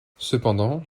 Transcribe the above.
cependant